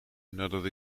nadat